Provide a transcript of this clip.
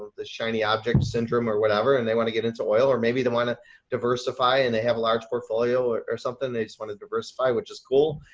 the shiny object syndrome or whatever, and they want to get into oil or maybe they want to diversify and they have a large portfolio or or something they just want to diversify, which is cool.